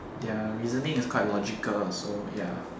their reasoning is quite logical also ya